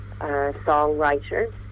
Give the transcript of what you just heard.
songwriters